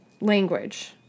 language